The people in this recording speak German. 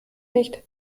nicht